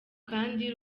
kandi